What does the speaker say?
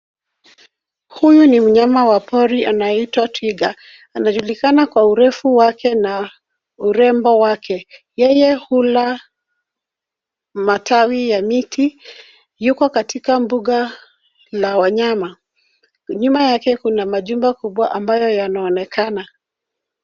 Huyu ni mnyama wa pori anaye itwa twiga, anajulikana kwa urefu wake na urembo wake, yeye hula matawi ya miti. Yuko katika mbuga la wanyama, nyuma yake kuna majumba kubwa ambayo yanaonekana.